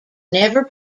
never